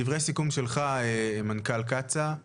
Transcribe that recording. דברי סיכום שלך מנכ"ל קצא"א.